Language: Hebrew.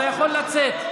מה אמרתי?